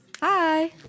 Hi